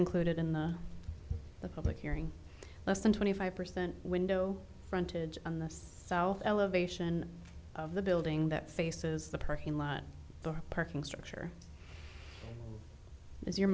included in the public hearing less than twenty five percent window frontage on this elevation of the building that faces the parking lot the parking structure is your